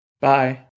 Bye